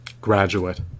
graduate